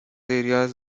areas